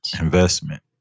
investment